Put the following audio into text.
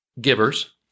givers